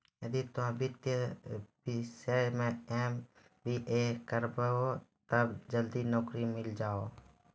यदि तोय वित्तीय विषय मे एम.बी.ए करभो तब जल्दी नैकरी मिल जाहो